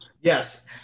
Yes